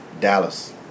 Dallas